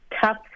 Tough